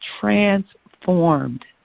transformed